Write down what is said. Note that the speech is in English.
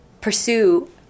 pursue